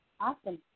Awesome